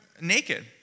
naked